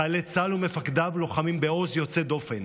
חיילי צה"ל ומפקדיו לוחמים בעוז יוצא דופן.